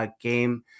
game